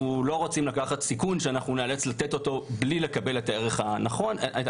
רוצים לקחת סיכון שניאלץ לתת אותו בלי לקבל את התמורה הראויה,